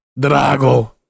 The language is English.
Drago